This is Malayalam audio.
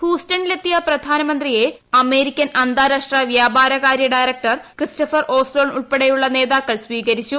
ഹൂസ്റ്റണിൽ എത്തിയ പ്രധാനമന്ത്രിയെ അമേരിക്കൻ അന്താരാഷ്ട്ര വൃാപാര കാരൃ ഡയറക്ടർ ക്രിസ്റ്റഫർ ഓസ്ലോൺ ഉൾപ്പെടെയുള്ള നേതാക്കൾ സ്വീകരിച്ചു